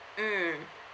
mm